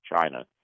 China